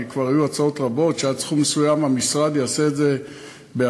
כי כבר היו הצעות רבות שעד סכום מסוים המשרד יעשה את זה בעצמו.